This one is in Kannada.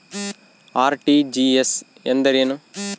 ಆರ್.ಟಿ.ಜಿ.ಎಸ್ ಎಂದರೇನು?